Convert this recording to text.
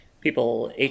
people